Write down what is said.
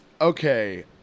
okay